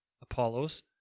Apollos